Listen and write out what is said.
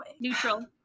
Neutral